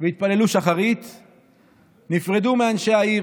והתפללו שחרית נפרדו מאנשי העיר,